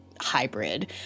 hybrid